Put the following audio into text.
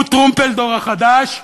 הוא טרומפלדור החדש?